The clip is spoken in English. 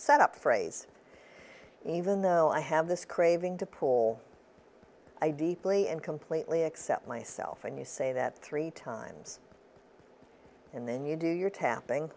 set up phrase even though i have this craving to pull i deeply and completely accept myself and you say that three times and then you do your tapping